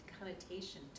connotation